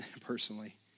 personally